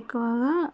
ఎక్కువగా